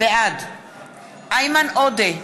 בעד איימן עודה,